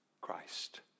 Christ